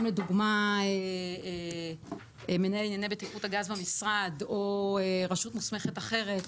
אם לדוגמה מנהל ענייני בטיחות הגז במשרד או רשות מוסמכת אחרת